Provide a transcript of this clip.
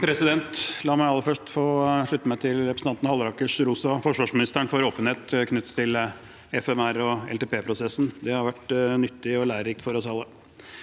La meg aller først få slutte meg til representanten Hallerakers ros av forsvarsministeren for åpenhet knyttet til FMR- og LTPprosessen. Det har vært nyttig og lærerikt for oss alle.